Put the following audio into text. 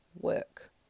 work